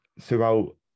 throughout